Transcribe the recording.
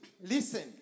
Listen